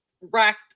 racked